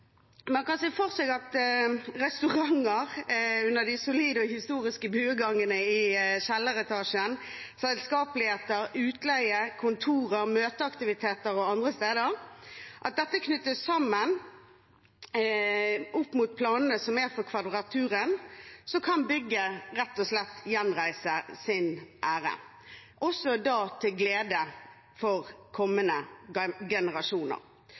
Man kan se for seg restauranter under de solide og historiske buegangene i kjelleretasjen, selskapeligheter, utleie, kontorer, møteaktiviteter og andre ting. Ved at dette knyttes sammen opp mot planene som er for Kvadraturen, kan bygget rett og slett gjenreise sin ære, til glede for også kommende generasjoner.